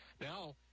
now